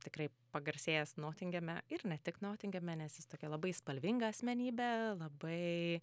tikrai pagarsėjęs notingeme ir ne tik notingeme nes jis tokia labai spalvinga asmenybė labai